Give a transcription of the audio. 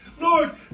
Lord